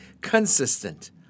consistent